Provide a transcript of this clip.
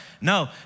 no